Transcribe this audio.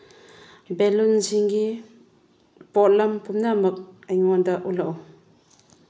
ꯕꯦꯜꯂꯨꯟꯁꯤꯡꯒꯤ ꯄꯣꯠꯂꯝ ꯄꯨꯝꯅꯃꯛ ꯑꯩꯉꯣꯟꯗ ꯎꯠꯂꯛꯎ